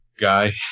guy